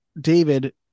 David